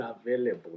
available